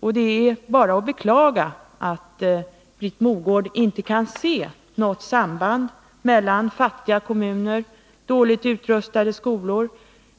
Och det är att beklaga att Britt Mogård inte kan se något samband mellan å ena sidan fattiga kommuner, dåligt utrustade skolor,